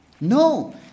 No